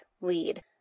lead